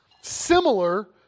similar